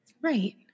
Right